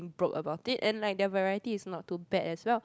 broke about it and like their variety is not too bad as well